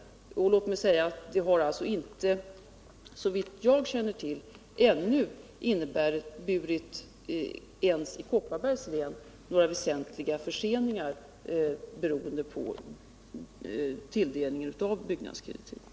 Låt mig säga att det, såvitt jag känner till, ännu inte förekommit några väsentliga förseningar — inte ens i Kopparbergs län — som har berott på tilldelningen av byggnadskreditiv.